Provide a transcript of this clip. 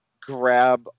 grab